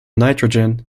nitrogen